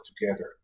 together